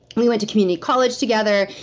we went to community college together.